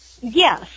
Yes